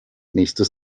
nächstes